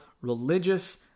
religious